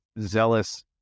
zealous